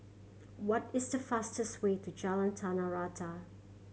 what is the fastest way to Jalan Tanah Rata